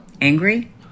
Angry